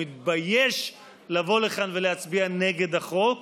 הוא מתבייש לבוא לכאן ולהצביע נגד החוק